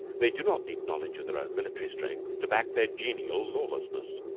they do not need knowledge of their own military strength to back their genial lawlessness.